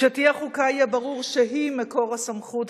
כשתהיה חוקה יהיה ברור שהיא מקור הסמכות,